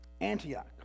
Antioch